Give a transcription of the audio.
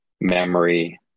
memory